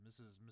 Mrs